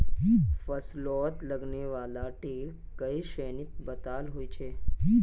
फस्लोत लगने वाला कीट कई श्रेनित बताल होछे